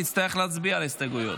נצטרך להצביע על ההסתייגויות?